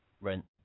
rent